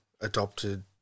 adopted